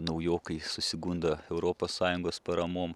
naujokai susigundo europos sąjungos paramom